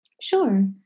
Sure